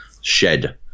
shed